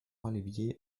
olivier